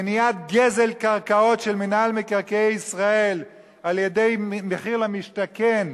מניעת גזל קרקעות של מינהל מקרקעי ישראל על-ידי מחיר למשתכן,